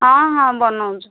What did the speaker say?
ହଁ ହଁ ବନଉଛୁ